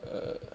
err